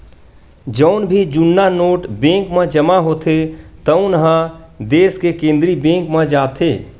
जउन भी जुन्ना नोट बेंक म जमा होथे तउन ह देस के केंद्रीय बेंक म जाथे